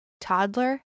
toddler